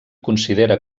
considera